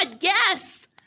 yes